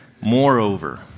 Moreover